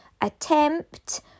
attempt